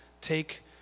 take